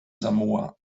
samoa